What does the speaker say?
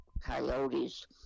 coyotes